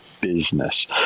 business